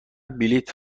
بلیطم